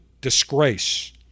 disgrace